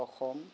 Assam